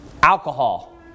Alcohol